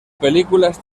películas